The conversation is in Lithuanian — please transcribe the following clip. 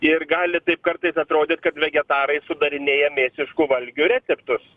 ir gali taip kartais atrodyt kad vegetarai sudarinėja mėsiškų valgių receptus